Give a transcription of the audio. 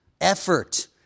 Effort